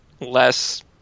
less